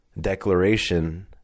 declaration